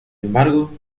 embargo